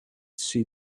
see